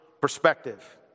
perspective